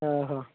ಹಾಂ ಹಾಂ